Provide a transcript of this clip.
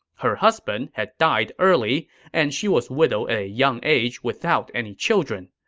her husband had died early and she was widowed at a young age without any children.